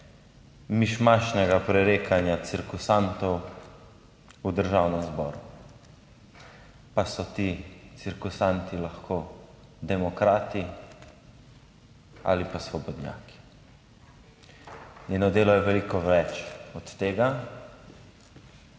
mišmašnega prerekanja cirkusantov v Državnem zboru. Pa so ti cirkusanti lahko demokrati ali pa svobodnjaki, njeno delo je veliko več od tega.